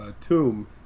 tomb